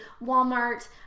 Walmart